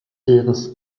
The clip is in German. heeres